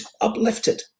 uplifted